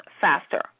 faster